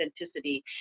authenticity